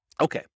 Okay